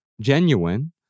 genuine